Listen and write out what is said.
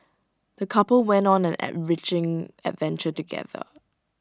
the couple went on an enriching adventure together